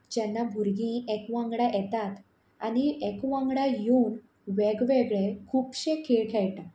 जेन्ना भुरगीं एक वांगडा येतात आनी एक वांगडा येवन वेगवेगळे खुबशे खेळ खेळटात